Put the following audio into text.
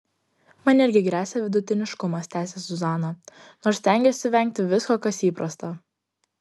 man irgi gresia vidutiniškumas tęsia zuzana nors stengiuosi vengti visko kas įprasta